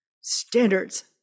Standards